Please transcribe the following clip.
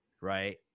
right